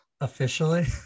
officially